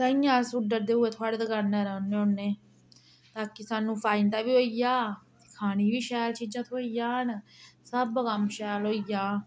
ताइयें अस उड्ढरदे होई थोआढ़ी दकानै'र औन्ने होन्ने ताकि सानूं फायदा बी होई जा खाने बी शैल चीजां थ्होई जान सब कम्म शैल होई जा